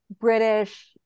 british